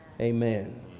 Amen